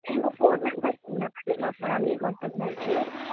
మేము four members ఉన్నామండి మా ఫ్యామిలీ మొత్తం కలిపి